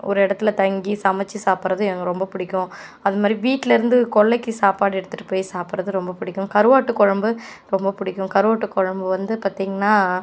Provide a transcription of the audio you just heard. ஒரு இடத்துல தங்கி சமைச்சு சாப்டுறது எனக்கு ரொம்ப பிடிக்கும் அந்தமாதிரி வீட்டில் இருந்து கொல்லைக்கு சாப்பாடு எடுத்துகிட்டு போய் சாப்டுறது ரொம்ப பிடிக்கும் கருவாட்டுக் குழம்பு ரொம்ப பிடிக்கும் கருவாட்டுக் குழம்பு வந்து பார்த்தீங்கன்னா